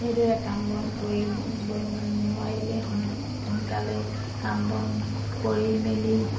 সেইদৰে কাম বন কৰি নোৱাৰিলে সোনকালে কাম বন কৰি মেলি